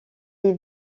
est